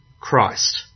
Christ